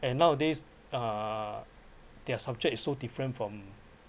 and nowadays uh their subject is so different from